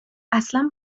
اصلا